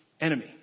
enemy